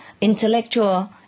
intellectual